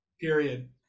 period